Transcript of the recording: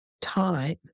time